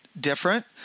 different